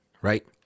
Right